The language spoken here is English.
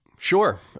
Sure